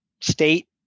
state